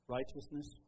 Righteousness